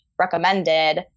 recommended